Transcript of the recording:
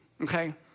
okay